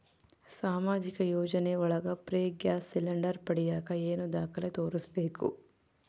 ಸಾಮಾಜಿಕ ಯೋಜನೆ ಒಳಗ ಫ್ರೇ ಗ್ಯಾಸ್ ಸಿಲಿಂಡರ್ ಪಡಿಯಾಕ ಏನು ದಾಖಲೆ ತೋರಿಸ್ಬೇಕು?